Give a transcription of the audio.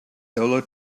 solo